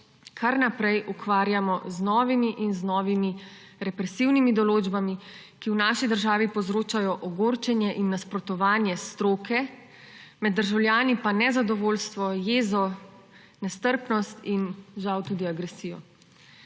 kar naprej ukvarjamo z novimi in novimi represivnimi določbami, ki v naši državi povzročajo ogorčenje in nasprotovanje stroke, med državljani pa nezadovoljstvo, jezo, nestrpnost in, žal, tudi agresijo.